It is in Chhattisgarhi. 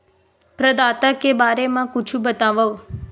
प्रदाता के बारे मा कुछु बतावव?